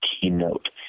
keynote